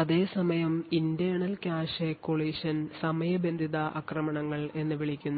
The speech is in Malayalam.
അതേസമയം internal കാഷെ collision സമയബന്ധിത ആക്രമണങ്ങൾ എന്ന് വിളിക്കുന്നു